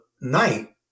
night